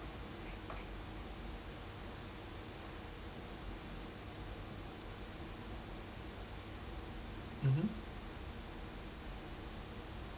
mmhmm